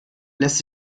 lässt